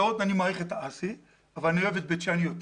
אני מעריך את ה-האסי אבל אני אוהב את בית שאן יותר